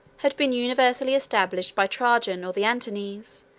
had been universally established by trajan or the antonines,